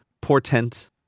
portent